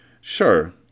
Sure